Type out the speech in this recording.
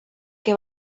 que